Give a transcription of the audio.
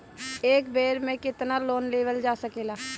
एक बेर में केतना लोन लेवल जा सकेला?